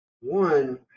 one